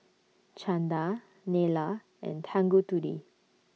Chanda Neila and Tanguturi